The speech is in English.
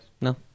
No